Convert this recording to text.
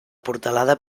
portalada